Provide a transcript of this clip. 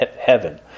heaven